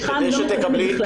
סליחה, אני לא מקבלת בכלל.